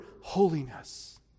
holiness